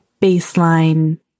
baseline